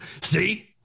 See